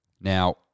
Now